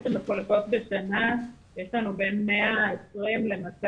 שחולקו בשנים האחרונות למשפחות מעוטות יכולת יש לנו בין 120 ל-200,